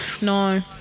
no